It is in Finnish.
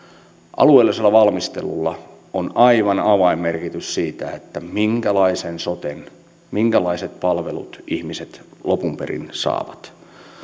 alueellisella valmistelulla on aivan avainmerkitys siinä minkälaisen soten minkälaiset palvelut ihmiset lopun perin saavat